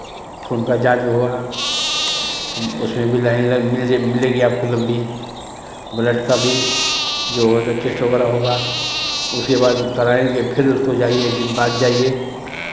खून का जाँच हुआ उसमें भी लाइन लगने मिलेगी आपकी लंबी ब्लड का भी जो होगा टेस्ट वगैरह होगा उसके बाद कराएंगे फिर उसको जाइए एक दिन बाद जाइए